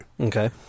okay